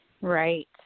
Right